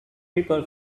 people